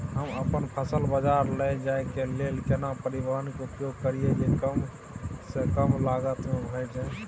हम अपन फसल बाजार लैय जाय के लेल केना परिवहन के उपयोग करिये जे कम स कम लागत में भ जाय?